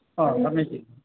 समीचिनं